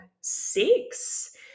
six